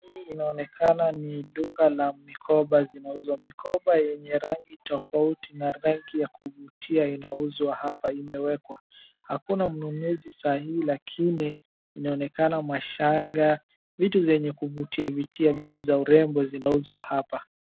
Hii inaonekana ni duka la mikoba zinauzwa. Mikoba yenye rangi tofauti na rangi ya kuvutia inauzwa hapa, imewekwa. Hakuna mnunuzi saa hii lakini inaonekana mashanga, vitu zenye kuvutia vutia, vitu za urembo zinauzwa hapa.